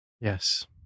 Yes